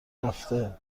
رفته